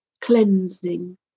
Cleansing